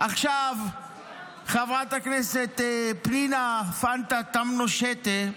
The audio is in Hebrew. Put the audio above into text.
עכשיו חברת הכנסת פנינה פנטה תמנו שטה,